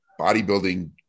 bodybuilding